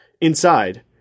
Inside